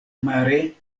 mare